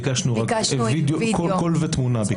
ביקשנו קול ותמונה.